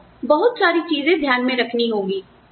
आपको बहुत सारी चीजें ध्यान में रखनी होंगी